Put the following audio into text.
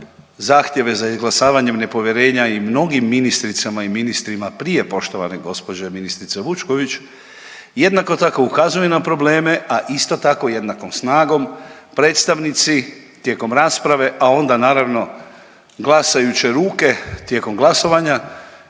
zahtjeve za izglasavanjem nepovjerenja i mnogim ministricima i ministrima prije poštovane ministrice Vučković jednako tako ukazuje na probleme, a isto tako jednakom snagom predstavnici tijekom rasprave, a onda naravno glasajuće ruke tijekom glasovanja